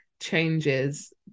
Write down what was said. changes